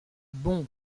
bon